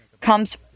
comes